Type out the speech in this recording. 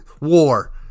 war